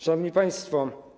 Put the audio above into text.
Szanowni Państwo!